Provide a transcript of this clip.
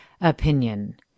opinion